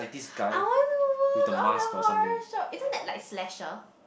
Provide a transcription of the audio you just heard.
I want to watch all the horror show isn't that like slasher